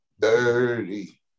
Dirty